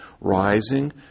rising